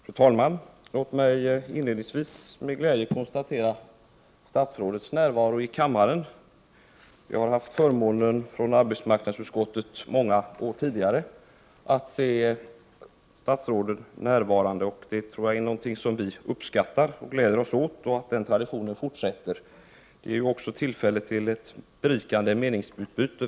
Fru talman! Låt mig inledningsvis med glädje konstatera statsrådets närvaro i kammaren. Vi från arbetsmarknadsutskottet har många år tidigare haft förmånen att se statsråden närvarande, och det är någonting som vi uppskattar. Vi gläder oss åt att den traditionen fortsätter. Det ger förhoppningsvis också tillfälle till ett berikande meningsutbyte.